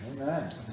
Amen